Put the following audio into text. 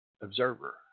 observer